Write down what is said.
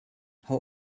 how